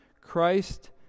Christ